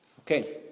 Okay